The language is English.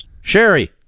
Sherry